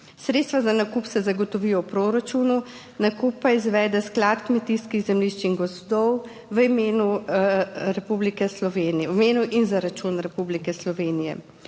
Sredstva za nakup se zagotovijo v proračunu, nakup pa izvede Sklad kmetijskih zemljišč in gozdov Republike Slovenije v imenu in za račun Republike Slovenije.